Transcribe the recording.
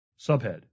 Subhead